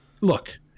look